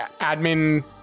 admin